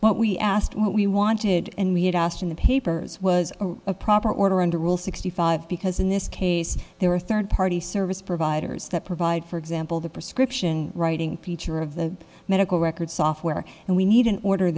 but we asked what we wanted and we had asked in the papers was a proper order under rule sixty five because in this case there are third party service providers that provide for example the prescription writing feature of the medical records software and we need an order